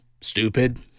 stupid